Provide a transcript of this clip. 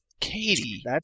Katie